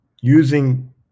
using